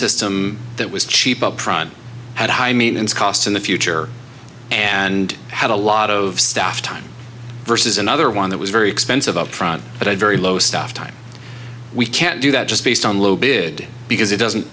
system that was cheap upfront and high maintenance cost in the future and had a lot of staff time versus another one that was very expensive up front but i very low staff time we can't do that just based on low bid because it doesn't